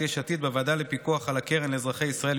יש עתיד: בוועדה לפיקוח על הקרן לאזרחי ישראל,